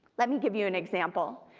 let me give you an example.